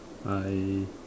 I